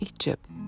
Egypt